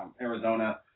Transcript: Arizona